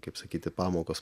kaip sakyti pamokos